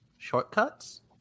Shortcuts